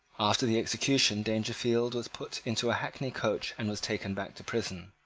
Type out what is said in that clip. after the execution dangerfield was put into a hackney coach and was taken back to prison.